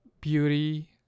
beauty